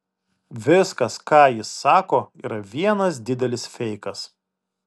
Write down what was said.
viskas ką jis sako yra vienas didelis feikas